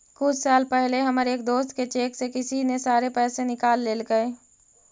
कुछ साल पहले हमर एक दोस्त के चेक से किसी ने सारे पैसे निकाल लेलकइ